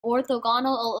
orthogonal